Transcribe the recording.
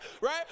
Right